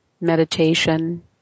meditation